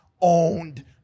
owned